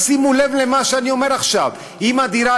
שימו לב למה שאני אומר עכשיו: אם הדירה